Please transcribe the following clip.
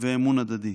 ואמון הדדי.